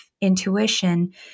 intuition